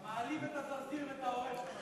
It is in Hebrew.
אתה מעליב את הזרזיר ואת העורב.